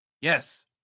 yes